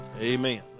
amen